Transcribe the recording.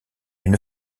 une